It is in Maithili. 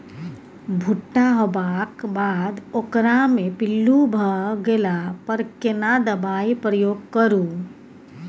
भूट्टा होबाक बाद ओकरा मे पील्लू भ गेला पर केना दबाई प्रयोग करू?